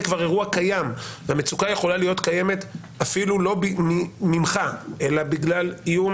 כבר אירוע קיים והמצוקה יכולה להיות קיימת אפילו לא ממך אלא בגלל איום